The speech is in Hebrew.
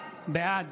בעד